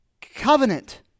covenant